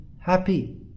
happy